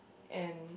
and